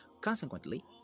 Consequently